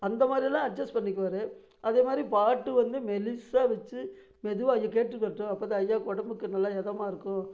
அந்தமாரில்லாம் adjust பண்ணிக்குவார் அதேமாதிரி பாட்டு வந்து மெலிசாக வச்சு மெதுவாக ஐயா கேட்டுகிட்டு வரட்டும் அப்ப தான் ஐயாவுக்கு உடம்புக்கு நல்லா எதமாக இருக்கும்